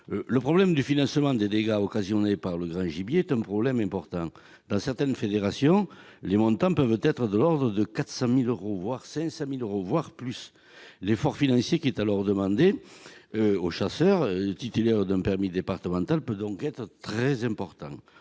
Le problème du financement des dégâts occasionnés par le grand gibier est un problème important. Dans certaines fédérations, les montants peuvent être de l'ordre de 400 000 euros ou 500 000 euros, voire davantage. L'effort financier qui est alors demandé aux chasseurs titulaires d'un permis départemental peut donc être très important.